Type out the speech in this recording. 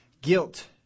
Guilt